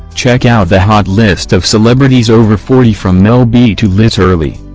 check out the hot list of celebrities over forty from mel b to liz hurley.